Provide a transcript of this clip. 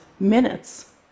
Minutes